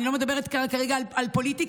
אני לא מדברת כרגע על פוליטי,